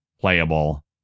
playable